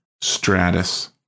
stratus